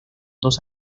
dos